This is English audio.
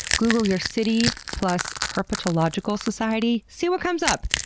google your city, plus herpetological society. see what comes up!